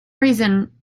reason